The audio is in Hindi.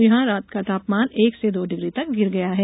जहां रात का तापमान एक से दो डिग्री तक गिर गया है